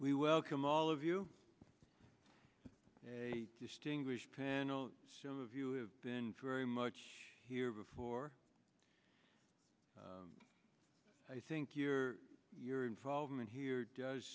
we welcome all of you distinguished panel some of you have been very much here before i think your your involvement here does